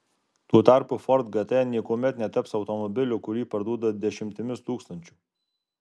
tuo tarpu ford gt niekuomet netaps automobiliu kurį parduoda dešimtimis tūkstančių